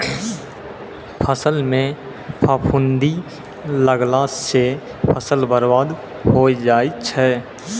फसल म फफूंदी लगला सँ फसल बर्बाद होय जाय छै